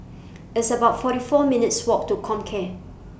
It's about forty four minutes' Walk to Comcare